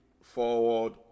forward